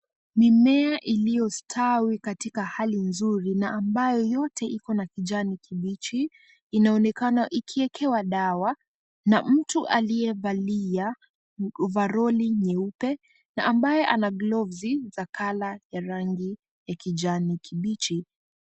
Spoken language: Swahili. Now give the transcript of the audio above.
Mimea iliyostawi katika hali nzuri na ambayo yote iko na kijani kibichi inaonekana ikiekewa dawa na mtu aliyevalia ovaroli nyeupe na ambaye ana glovu za colour ya rangi ya kijani kibichi.